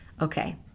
okay